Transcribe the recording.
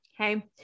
Okay